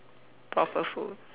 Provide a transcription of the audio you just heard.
proper food